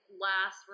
last